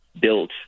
built